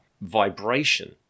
vibration